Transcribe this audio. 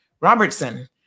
Robertson